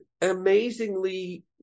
amazingly